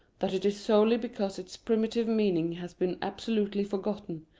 that it is solely because its primitive meaning has been absolutely forgotten,